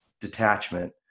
detachment